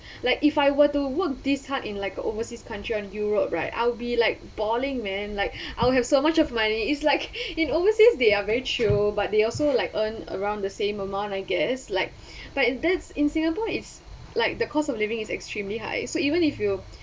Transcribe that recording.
like if I were to work this hard in like a overseas country on europe right I'll be like balling man like I'll have so much of money is like in overseas they are roadshow but they also like earn around the same amount I guess like but that in singapore it's like the cost of living is extremely high so even if you